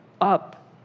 up